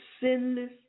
sinless